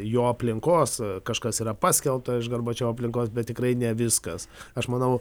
jo aplinkos kažkas yra paskelbta iš gorbačiovo aplinkos bet tikrai ne viskas aš manau